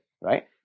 right